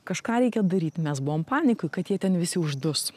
kažką reikia daryt mes buvom panikoj kad jie ten visi uždus